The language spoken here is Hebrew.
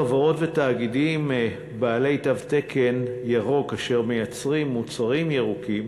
חברות ותאגידים בעלי תו תקן ירוק אשר מייצרים מוצרים ירוקים